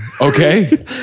Okay